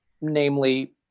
namely